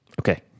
Okay